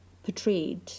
portrayed